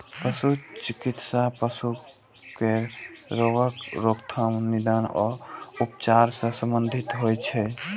पशु चिकित्सा पशु केर रोगक रोकथाम, निदान आ उपचार सं संबंधित होइ छै